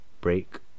break